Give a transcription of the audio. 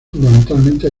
fundamentalmente